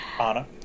Anna